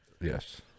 Yes